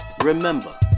Remember